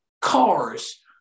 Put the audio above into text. cars